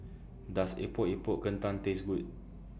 Does Epok Epok Kentang Taste Good